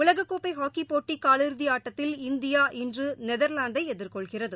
உலகக்கோப்பை ஹாக்கிப்போட்டிகாலிறுதி ஆட்டத்தில் இந்தியா இன்றுநெதர்லாந்தைஎதிர்கொள்கிறது